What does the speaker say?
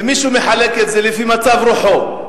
ומישהו מחלק את זה לפי מצב רוחו.